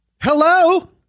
Hello